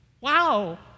Wow